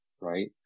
right